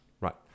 Right